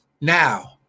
Now